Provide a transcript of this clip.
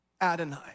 Adonai